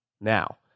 now